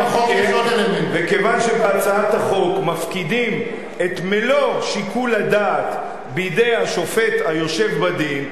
וכיוון שבהצעת החוק מפקידים את מלוא שיקול הדעת בידי השופט היושב בדין,